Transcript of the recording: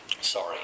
Sorry